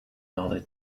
other